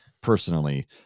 personally